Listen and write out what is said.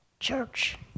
Church